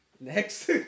Next